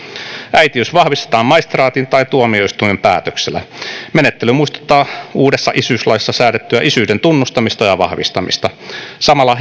äitiys vahvistetaan maistraatin tai tuomioistuimen päätöksellä menettely muistuttaa uudessa isyyslaissa säädettyä isyyden tunnustamista ja vahvistamista samalla